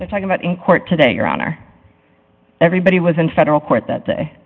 the talking about in court today your honor everybody was in federal court that day